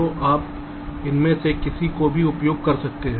तो आप इनमें से किसी को भी उपयोग कर सकते हैं